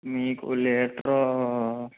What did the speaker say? మీకు లీటరూ